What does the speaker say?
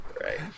Right